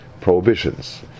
prohibitions